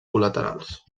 col·laterals